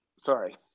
sorry